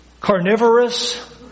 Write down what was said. carnivorous